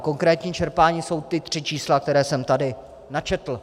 Konkrétní čerpání jsou ta tři čísla, která jsem tady načetl.